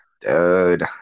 dude